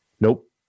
Nope